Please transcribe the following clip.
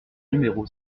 numéro